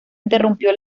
interrumpió